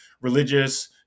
religious